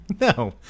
No